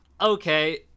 okay